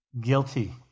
Guilty